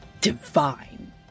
divine